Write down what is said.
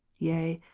yea,